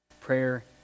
Prayer